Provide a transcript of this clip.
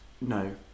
no